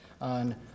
on